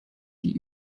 die